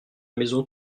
maison